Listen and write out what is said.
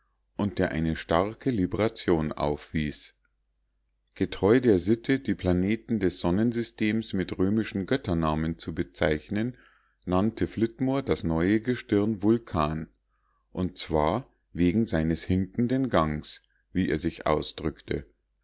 und der eine starke libration aufwies getreu der sitte die planeten des sonnensystems mit römischen götternamen zu bezeichnen nannte flitmore das neue gestirn vulkan und zwar wegen seines hinkenden gangs wie er sich ausdrückte